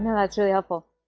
that's really helpful.